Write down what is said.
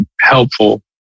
helpful